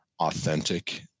authentic